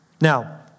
Now